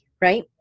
right